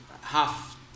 half